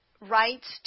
rights